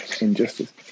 injustice